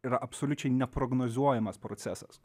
yra absoliučiai neprognozuojamas procesas